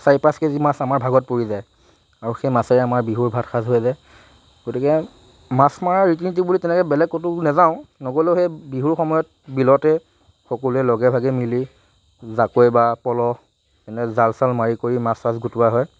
চাৰি পাঁচ কেজি মাছ আমাৰ ভাগত পৰি যায় আৰু সেই মাছেৰে আমাৰ বিহুৰ ভাতসাজ হৈ যায় গতিকে মাছ মৰাৰ ৰীতি নীতি বুলি তেনেকৈ বেলেগ ক'তো নেযাওঁ নগ'লেও সেই বিহুৰ সময়ত বিলতে সকলোৱে লগে ভাগে মিলি জাকৈ বা পল' এনে জাল চাল মাৰি কৰি মাছ চাছ গোটোৱা হয়